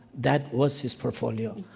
that was his portfolio.